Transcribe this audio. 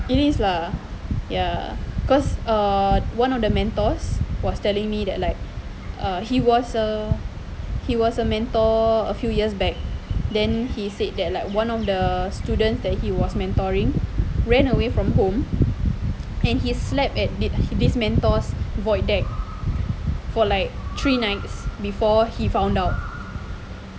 it is lah ya cause err one of the mentors was telling me that like err he was a he was a mentor a few years back then he said that like one of the students that he was mentoring ran away from home and he slept at this mentor's void deck for like three nights before he found out